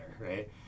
right